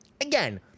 Again